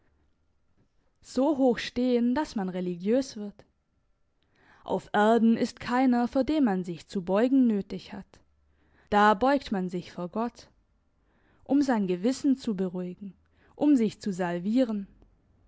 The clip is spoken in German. so hoch stehen dass man religiös wird auf erden ist keiner vor dem man sich zu beugen nötig hat da beugt man sich vor gott um sein gewissen zu beruhigen um sich zu salvieren